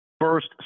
First